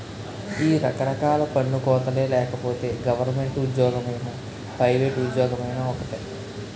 ఈ రకరకాల పన్ను కోతలే లేకపోతే గవరమెంటు ఉజ్జోగమైనా పైవేట్ ఉజ్జోగమైనా ఒక్కటే